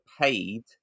paid